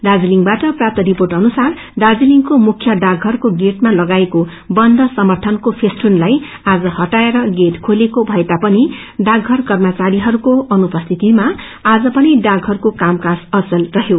दार्जीलिङ्बाट प्रातप रिपोंअ अनुसार दार्जीलिङको मुख्य डाकपरको गेटमा लागाइएको बन्द समर्थनको फेस्टुनलाई आज ळटाएर गेट खेलिएको भएता पनि डाकध्जर कर्मचखरीको अनुपर्सितिमा आज पिन डाकघरको कामकाज अचल रहयो